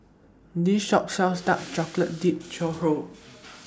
This Shop sells Dark Chocolate Dipped Churro